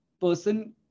person